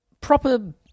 proper